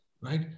right